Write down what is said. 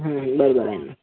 बरोबर आहे